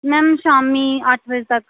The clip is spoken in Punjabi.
ਮੈਮ ਸ਼ਾਮੀ ਅੱਠ ਵਜੇ ਤੱਕ